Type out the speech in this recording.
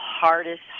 hardest